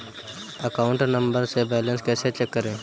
Account number से balance कैसे check करें?